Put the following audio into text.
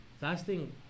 fasting